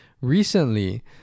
recently